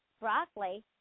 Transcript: broccoli